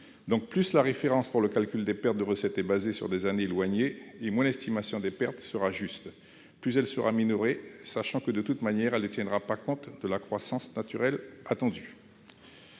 plus la référence pour le calcul des pertes de recette est fondée sur des années éloignées, moins l'estimation des pertes sera juste et plus elle sera minorée, d'autant qu'elle ne tiendra pas compte de la croissance naturelle attendue.